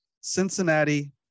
Cincinnati